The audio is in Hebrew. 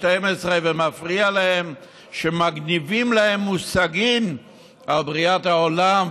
12 ומפריע להם שמגניבים להם מושגים על בריאת העולם,